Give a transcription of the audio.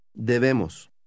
Debemos